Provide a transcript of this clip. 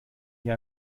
hier